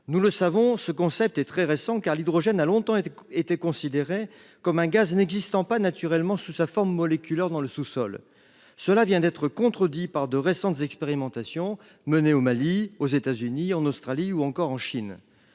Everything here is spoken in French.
blanc ? Ce concept est très récent, car l'hydrogène a longtemps été considéré comme un gaz n'existant pas naturellement sous sa forme moléculaire dans le sous-sol. Or ce postulat vient d'être contredit par de récentes expérimentations menées au Mali, aux États-Unis, en Australie ainsi qu'en Chine.